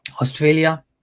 Australia